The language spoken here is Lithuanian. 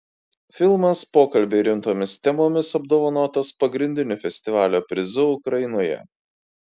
filmas pokalbiai rimtomis temomis apdovanotas pagrindiniu festivalio prizu ukrainoje